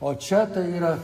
o čia tai yra